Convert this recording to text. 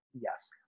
Yes